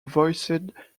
voiced